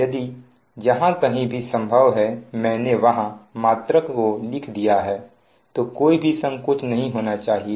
यदि जहां कहीं भी संभव है मैंने वहां मात्रक को लिख दिया है तो कोई भी संकोच नहीं होना चाहिए